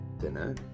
dinner